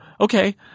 okay